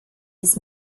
his